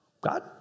God